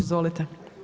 Izvolite.